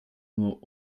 nur